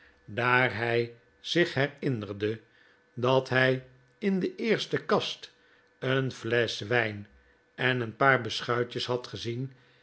daar hij zich herinnerde dat hij in de eerste kast een flesch wijn en een paar beschuitjes had gezien